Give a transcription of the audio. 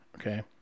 okay